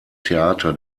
theater